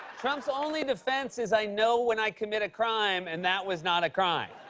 trump's only defense is, i know when i commit a crime, and that was not a crime.